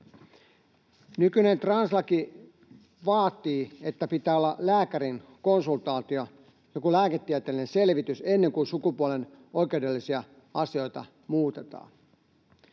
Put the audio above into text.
Nykyinen translaki vaatii, että pitää olla lääkärin konsultaatio, joku lääketieteellinen selvitys, ennen kuin sukupuolen oikeudellisia asioita muutetaan.